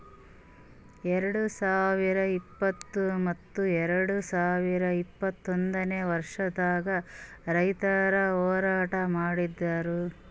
ಎರಡು ಸಾವಿರ ಇಪ್ಪತ್ತು ಮತ್ತ ಎರಡು ಸಾವಿರ ಇಪ್ಪತ್ತೊಂದನೇ ವರ್ಷದಾಗ್ ರೈತುರ್ ಹೋರಾಟ ಮಾಡಿದ್ದರು